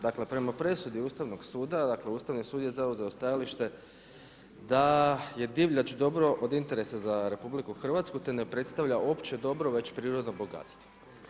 Dakle, prema presudi Ustavnog suda, dakle, Ustavni sud je zauzeo stajalište da je divljač dobro od interesa za RH, te ne predstavlja opće dobro, već prirodno bogatstvo.